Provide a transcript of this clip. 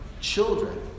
children